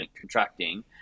contracting